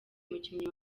umukinnyi